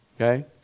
okay